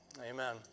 Amen